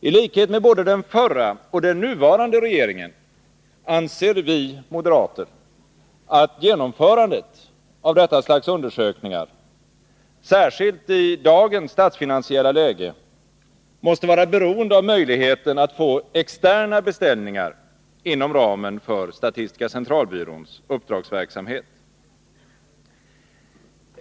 I likhet med både den förra och den nuvarande regeringen anser vi moderater att genomförandet av detta slags undersökningar — särskilt i dagens statsfinansiella läge — måste vara beroende av möjligheten att få externa beställningar inom ramen för statistiska centralbyråns uppdragsverksamhet.